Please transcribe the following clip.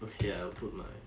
okay I will put my